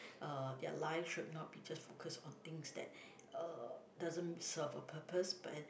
uh their lives should not be just focused on things that uh doesn't serve a purpose but